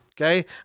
Okay